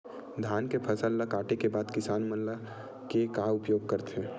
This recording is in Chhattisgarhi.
धान के फसल ला काटे के बाद किसान मन धान के का उपयोग करथे?